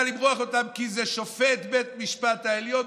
למרוח אותם כי זה שופט בית המשפט העליון,